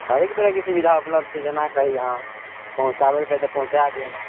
हरेक तरहके सुविधा उपलब्ध छै जेना कही अहाँ पहुँचाबैके तऽ पहुँचा देब